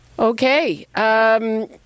Okay